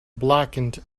blackened